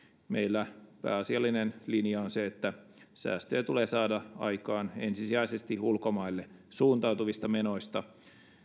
meidän pääasiallinen linjamme on se että säästöjä tulee saada aikaan ensisijaisesti ulkomaille suuntautuvista menoista